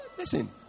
Listen